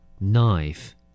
knife